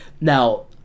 Now